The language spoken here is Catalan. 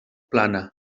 plana